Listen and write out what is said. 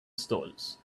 stalls